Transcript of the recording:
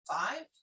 five